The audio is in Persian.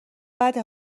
بده